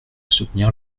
soutenir